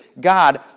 God